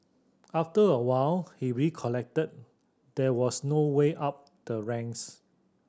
after a while he recollected there was no way up the ranks